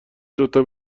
دوتا